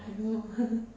I no want